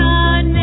God